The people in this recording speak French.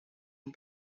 une